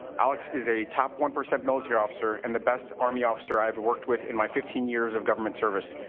alex is a top one percent military officer and the best army officer i've worked, with in my fifteen years of government service.